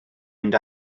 mynd